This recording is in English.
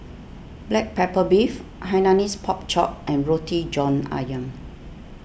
Black Pepper Beef Hainanese Pork Chop and Roti John Ayam